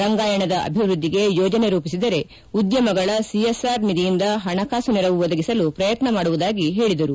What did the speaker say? ರಂಗಾಯಣದ ಅಭಿವೃದ್ಲಿಗೆ ಯೋಜನೆ ರೂಪಿಸಿದರೆ ಉದ್ದಮಗಳ ಸಿಎಸ್ಆರ್ ನಿಧಿಯಿಂದ ಹಣಕಾಸು ನೆರವು ಒದಗಿಸಲು ಪ್ರಯತ್ನ ಮಾಡುವುದಾಗಿ ಹೇಳಿದರು